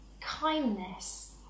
Kindness